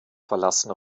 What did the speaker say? verlassen